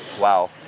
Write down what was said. Wow